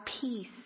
peace